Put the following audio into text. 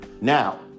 Now